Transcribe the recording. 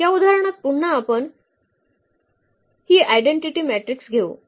या उदाहरणात पुन्हा आपण ही आयडेंटिटीमॅट्रिक्स घेऊ